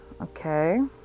okay